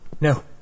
No